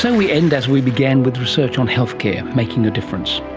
and we end as we began, with research on healthcare making a difference.